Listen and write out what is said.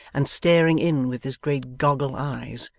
and staring in with his great goggle eyes,